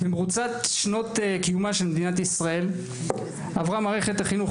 במרוצת שנות קיומה של מדינת ישראל עברה מערכת החינוך